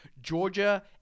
Georgia